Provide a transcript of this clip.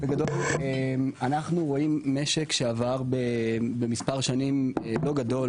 בגדול אנחנו רואים משק שעבר במספר שנים לא גדול